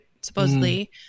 Supposedly